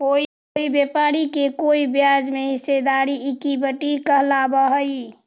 कोई व्यापारी के कोई ब्याज में हिस्सेदारी इक्विटी कहलाव हई